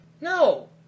No